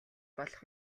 болох